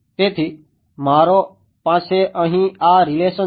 તેથી મારો પાસે અહીં આ રીલેશન છે